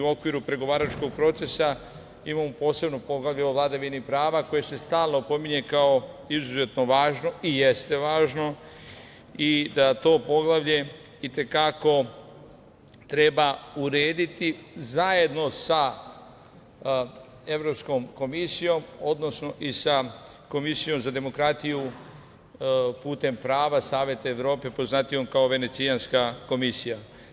U okviru pregovaračkog procesa imamo posebno poglavlje o vladavini prava, koje se stalno pominje kao izuzetno važno, i jeste važno, i da to poglavlje i te kako treba urediti zajedno sa Evropskom komisijom i Komisijom za demokratiju putem prava Saveta Evrope, poznatijom kao Venecijanska komisija.